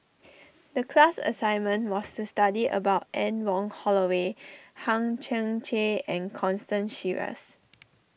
the class assignment was to study about Anne Wong Holloway Hang Chang Chieh and Constance Sheares